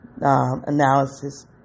analysis